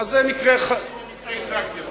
אני במקרה ייצגתי אותו,